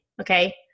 Okay